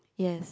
yes